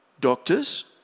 Doctors